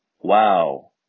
wow